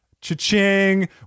Cha-ching